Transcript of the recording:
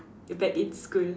back in school